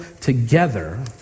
together